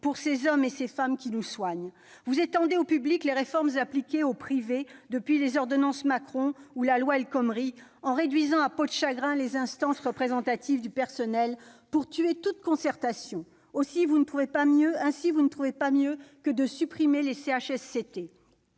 pour ces hommes et ces femmes qui nous soignent ! Vous étendez au secteur public les réformes appliquées au secteur privé depuis les ordonnances Macron ou la loi El Khomri, en réduisant à peau de chagrin les instances représentatives du personnel, pour tuer toute concertation. Ainsi, vous ne trouvez pas mieux que de supprimer les CHSCT,